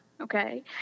Okay